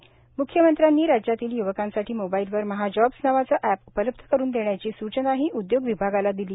म्ख्यमंत्र्यांनी राज्यातील य्वकांसाठी मोबाईलवर महाजॉब्स नावाचे अॅप उपलब्ध करून देण्याची सुचनाही उद्योग विभागाला दिली